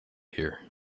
here